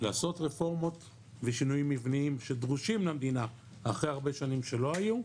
לעשות רפורמות ושינויים מבניים שדרושים למדינה אחרי הרבה שנים שלא היו,